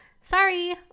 sorry